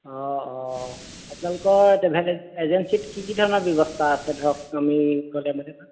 অঁ অঁ আপোনালোকৰ ট্ৰেভেল এজেঞ্চিত কি কি ধৰণৰ ব্যৱস্থা আছে ধৰক আমি গ'লে মানে